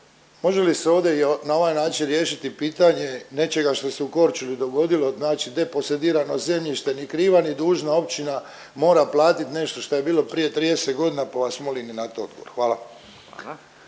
može li se ovdje i na ovaj način riješiti pitanje nečega što se u Korčuli dogodilo. Znači deposedirano zemljište ni kriva ni dužna općina mora platit nešto šta je bilo prije 30 godina pa vas molim i na to odgovor. Hvala.